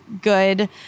good